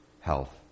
health